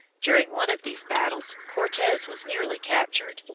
during one of these battles cortes was nearly captured,